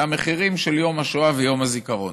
והמחירים של יום השואה ויום הזיכרון.